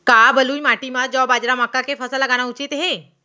का बलुई माटी म जौ, बाजरा, मक्का के फसल लगाना उचित हे?